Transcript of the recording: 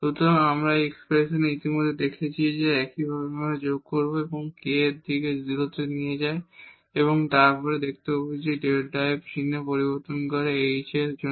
সুতরাং আমরা এই এক্সপ্রেশনে ইতিমধ্যে দেখেছি এখন একইভাবে আমরা যোগ করব যে k কে 0 এর দিকে নিয়ে যায় এবং তারপর আমরা দেখতে পাব যে Δ f চিহ্ন পরিবর্তন করে h এর জন্য